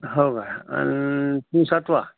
हो काय आणि तू सातवा